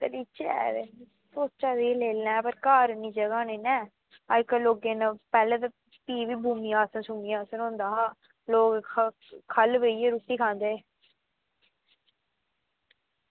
ते सोचा दी ही की लेई लें पर घर इन्नी जगह निं ऐं पैह्लें लोकें बी भई थ्होंदा हा लोग ख'ल्ल बेहियै रुट्टी खंदे हे